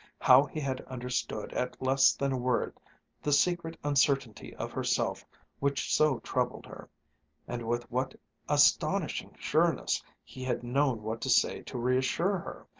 how he had understood at less than a word the secret uncertainty of herself which so troubled her and with what astonishing sureness he had known what to say to reassure her,